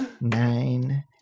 Nine